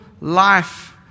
life